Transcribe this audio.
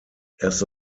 erst